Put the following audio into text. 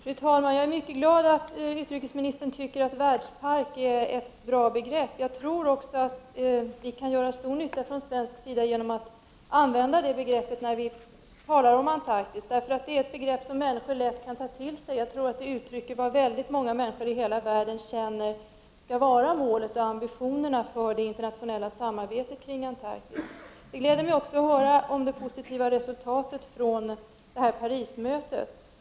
Fru talman! Jag är mycket glad att utrikesministern tycker att ”världspark” är ett bra begrepp. Jag tror också att vi från svensk sida kan göra stor nytta genom att använda det begreppet när vi talar om Antarktis. Det är ett begrepp som människor lätt kan ta till sig och som uttrycker vad många människor i hela världen känner skall vara målet och ambitionerna för det internationella samarbetet kring Antarktis. Det gläder mig också att höra om det positiva resultatet från Parismötet.